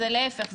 להיפך,